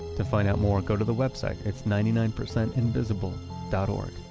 to find out more, go to the website. it's ninety nine percentinvisible dot o r